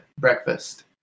Breakfast